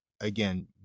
again